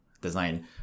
design